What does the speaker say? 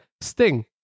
Sting